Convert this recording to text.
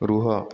ରୁହ